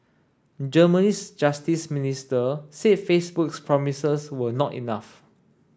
Germany's justice minister said Facebook's promises were not enough